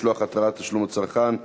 משלוח התראת תשלום לצרכן).